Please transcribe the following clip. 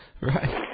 right